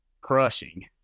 crushing